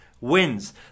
wins